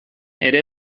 ere